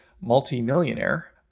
multi-millionaire